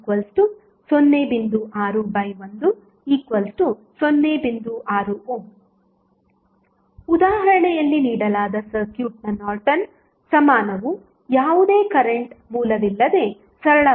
6 ಉದಾಹರಣೆಯಲ್ಲಿ ನೀಡಲಾದ ಸರ್ಕ್ಯೂಟ್ನ ನಾರ್ಟನ್ ಸಮಾನವು ಯಾವುದೇ ಕರೆಂಟ್ ಮೂಲವಿಲ್ಲದೆ ಸರಳವಾಗಿ 0